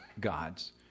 gods